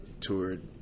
toured